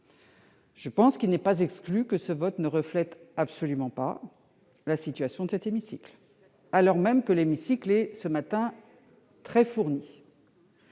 amendement. Il n'est pas exclu que ce vote ne reflète absolument pas la position de cet hémicycle, alors même qu'il est ce matin très fourni.